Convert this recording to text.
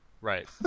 right